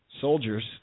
Soldiers